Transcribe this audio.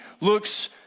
looks